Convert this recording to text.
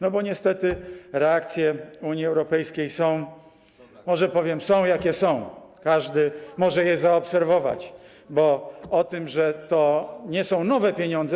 No bo niestety reakcje Unii Europejskiej są, może powiem: są, jakie są, każdy może je zaobserwować, bo o tym, że to nie są nowe pieniądze.